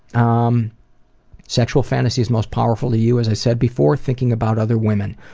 um sexually fantasies most powerful to you as i said before, thinking about other women.